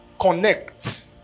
connect